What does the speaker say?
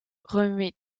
remet